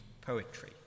poetry